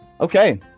Okay